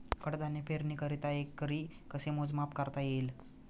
कडधान्य पेरणीकरिता एकरी कसे मोजमाप करता येईल?